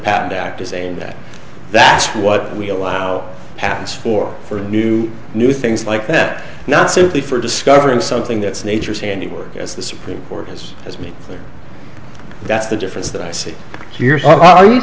path to saying that that's what we allow happens for for new new things like that not simply for discovering something that's nature seeing as the supreme court has as me that's the difference that i see as your are you